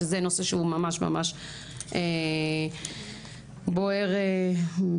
שזה נושא שהוא ממש ממש בוער בליבי.